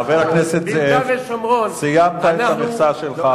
חבר הכנסת זאב, סיימת את המכסה שלך.